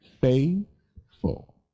Faithful